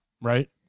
right